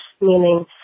meaning